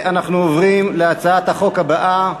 אנחנו עוברים להצעת החוק הבאה,